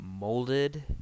molded